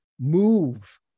move